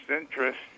interest